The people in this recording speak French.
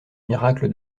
miracle